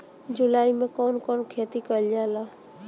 जुलाई मे कउन कउन खेती कईल जाला?